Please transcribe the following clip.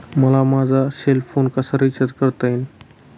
मला माझा cell phone कसा रिचार्ज करता येईल?